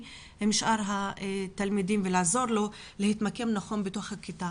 מול שאר התלמידים והוא יכול לעזור לו להתמקם נכון בתוך הכיתה.